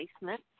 basement